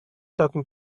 talking